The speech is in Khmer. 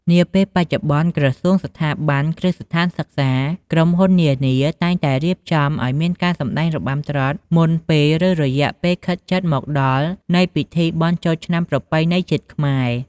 នាពេលបច្ចុប្បន្នក្រសួង ស្ថាប័ន គ្រឹះស្ថានសិក្សា ក្រុមហ៊ុននានា តែងតែរៀបចំឱ្យមានការសម្តែងរបាំត្រុដិ មុនពេល ឬរយៈពេលខិតជិតមកដល់នៃពិធីបុណ្យចូលឆ្នាំប្រពៃណីជាតិខ្មែរ។